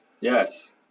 yes